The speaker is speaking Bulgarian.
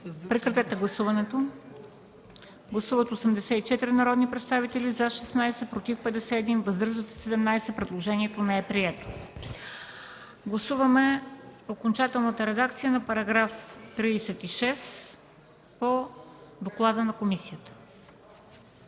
комисията не подкрепя. Гласували 84 народни представители: за 16, против 51, въздържали се 17. Предложението не е прието. Гласуваме окончателната редакция на § 36 по доклада на комисията.